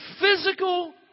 physical